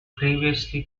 previously